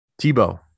Tebow